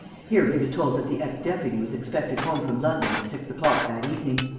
here he was told that the ex-deputy was expected home from london at six o'clock that evening.